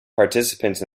participants